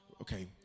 Okay